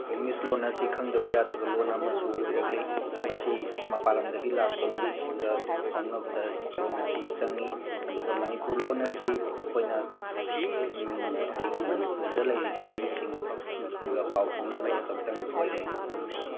English ꯂꯣꯟ ꯑꯁꯤ ꯈꯪꯗꯕ ꯌꯥꯗꯕ ꯂꯣꯟ ꯑꯃꯁꯨ ꯑꯣꯏꯔꯛꯂꯤ ꯃꯁꯤ ꯃꯄꯥꯟ ꯂꯝꯗꯒꯤ ꯂꯥꯛꯄ ꯃꯤꯁꯤꯡꯒ ꯐꯥꯎꯅꯕꯗ ꯂꯣꯟ ꯑꯁꯤ ꯆꯪꯉꯤ ꯑꯗꯨꯒ ꯃꯅꯤꯄꯨꯔ ꯂꯣꯟ ꯑꯁꯤ ꯑꯩꯈꯣꯏꯅ ꯑꯩꯈꯣꯏꯒꯤ ꯃꯅꯤꯄꯨꯔꯗ ꯂꯩꯔꯤꯕ ꯃꯤꯁꯤꯡꯒ ꯄꯥꯎ ꯐꯥꯎꯅꯅꯕ ꯈꯛꯇꯪ ꯑꯣꯏꯔꯦ